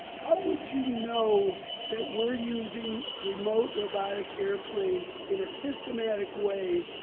how would you know that we're using remote robotic airplanes in a systematic way,